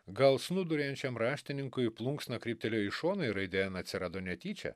gal snūduriuojančiam raštininkui plunksna kryptelėjo į šoną ir raidė n atsirado netyčia